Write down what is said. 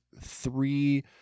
three